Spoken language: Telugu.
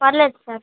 పర్లేదు సార్